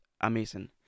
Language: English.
amazing